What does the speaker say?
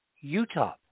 Utah